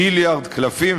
ביליארד וקלפים,